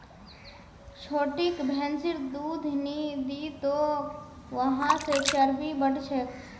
छोटिक भैंसिर दूध नी दी तोक वहा से चर्बी बढ़ छेक